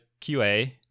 QA